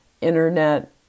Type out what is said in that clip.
internet